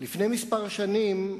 לפני כמה שנים,